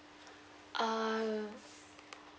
err